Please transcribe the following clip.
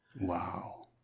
Wow